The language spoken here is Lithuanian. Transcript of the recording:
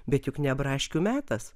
bet juk ne braškių metas